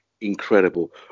incredible